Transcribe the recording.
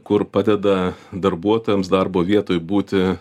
kur padeda darbuotojams darbo vietoj būti